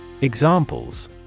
Examples